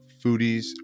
foodies